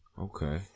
okay